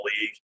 league